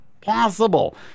possible